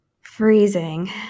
Freezing